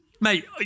Mate